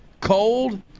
cold